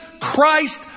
Christ